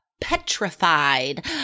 petrified